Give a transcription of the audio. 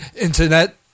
internet